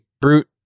brute